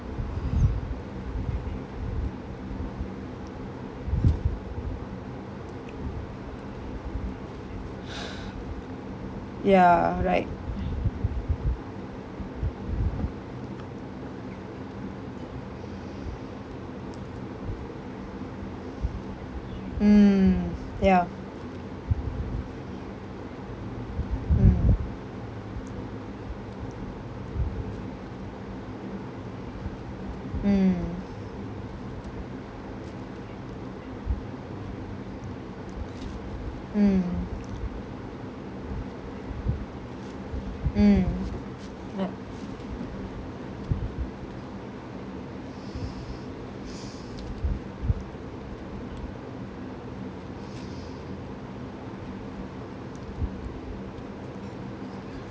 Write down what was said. ya right mm ya mm mm mm mm ya